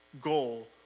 goal